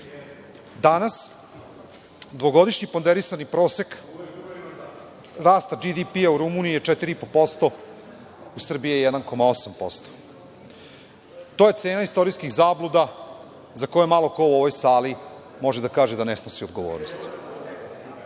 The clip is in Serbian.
Danas, dvogodišnji ponderisani prosek rasta BDP-a u Rumuniji je 4,5%, u Srbiji je 1,8%. To je cena istorijskih zabluda za koje malo ko u ovoj sali može da kaže da ne snosi odgovornost. Kada